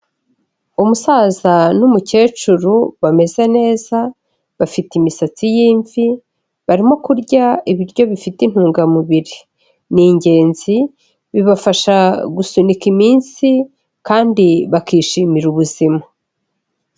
Umusaza n'umukecuru bameze neza bafite imisatsi y'imvi barimo kurya ibiryo bifite intungamubiri, ni ingenzi bibafasha gusunika iminsi kandi bakishimira ubuzima.